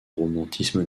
romantisme